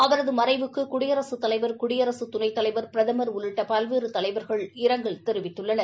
அவரது மறைவுக்கு குடியரசுத் தலைவர் குடியரசு துணைத்தலைவர் பிரதமர் உள்ளிட்ட பல்வேறு தலைவர்கள் இரங்கல் தெரிவித்துள்ளனர்